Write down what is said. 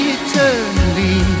eternally